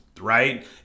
right